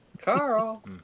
Carl